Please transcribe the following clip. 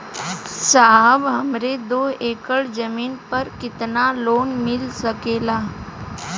साहब हमरे दो एकड़ जमीन पर कितनालोन मिल सकेला?